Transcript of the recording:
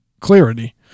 clarity